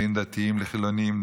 בין דתיים לחילונים,